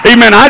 Amen